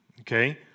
Okay